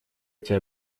эти